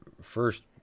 first